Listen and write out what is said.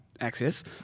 Access